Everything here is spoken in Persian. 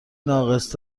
ناقص